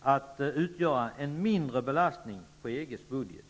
att utgöra en mindre belastning på EG:s budget.